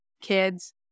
kids